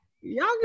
y'all